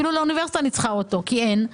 אפילו לאוניברסיטה אני צריכה אוטובוס ואין.